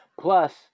Plus